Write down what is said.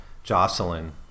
Jocelyn